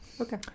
Okay